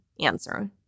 answer